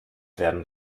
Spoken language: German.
werden